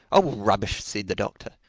oh, rubbish! said the doctor.